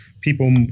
people